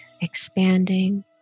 expanding